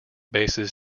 bases